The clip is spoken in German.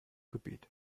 gebet